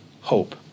hope